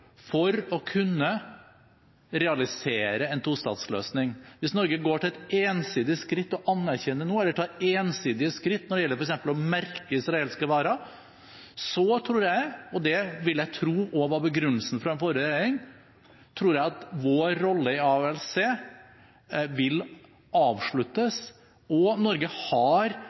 for å kunne realisere en tostatsløsning. Hvis Norge går til et ensidig skritt og anerkjenner nå, eller tar ensidige skritt når det gjelder f.eks. å merke israelske varer, tror jeg – og det vil jeg tro også var begrunnelsen fra den forrige regjering – at vår rolle i AHLC vil